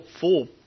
full